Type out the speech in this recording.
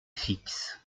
fixe